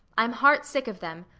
i'm heart sick of them.